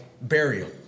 burial